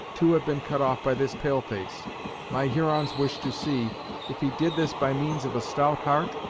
two have been cut off by this pale-face my hurons wish to see if he did this by means of a stout heart,